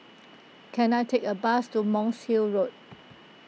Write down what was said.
can I take a bus to Monk's Hill Road